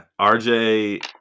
RJ